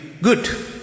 good